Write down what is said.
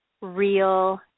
real